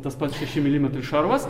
tas pats šeši milimetrai šarvas